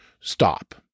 stop